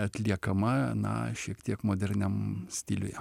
atliekama na šiek tiek moderniam stiliuje